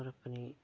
होर अपनी